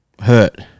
hurt